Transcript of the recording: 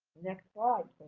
next slide,